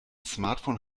smartphone